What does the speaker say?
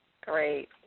Great